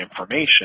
information